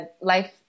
life